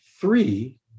three